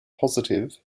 positive